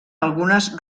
algunes